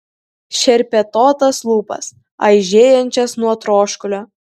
šerpetotas lūpas aižėjančias nuo troškulio